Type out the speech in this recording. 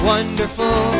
Wonderful